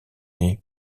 les